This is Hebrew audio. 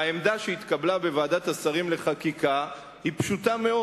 והעמדה שהתקבלה בוועדת השרים לחקיקה היא פשוטה מאוד: